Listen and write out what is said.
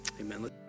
Amen